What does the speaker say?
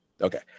Okay